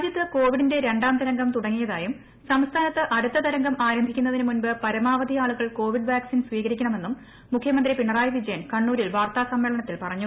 രാജ്യത്ത് കോവിഡിന്റെ രണ്ടാം തരംഗം തുടങ്ങിയതായും സംസ്ഥാനത്ത് അടുത്ത തരംഗം ആരംഭിക്കുന്നതിന് മുമ്പ് പരമാവധി ആളുകൾ കോവിഡ് വാക്സിൻ സ്വീകരിക്കണമെന്നും മുഖ്യമന്ത്രി പിണറായി വിജയൻ കണ്ണൂരിൽ വാർത്താസമ്മേളനത്തിൽ പറഞ്ഞു